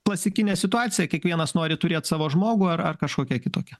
klasikinė situacija kiekvienas nori turėt savo žmogų ar ar kažkokia kitokia